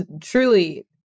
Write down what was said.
truly